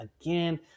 again